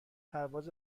پرواز